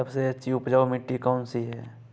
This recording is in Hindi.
सबसे अच्छी उपजाऊ मिट्टी कौन सी है?